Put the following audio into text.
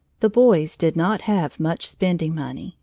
the boys did not have much spending money,